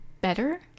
better